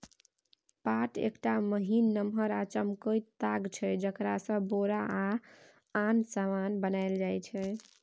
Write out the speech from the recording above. पाट एकटा महीन, नमहर आ चमकैत ताग छै जकरासँ बोरा या आन समान बनाएल जाइ छै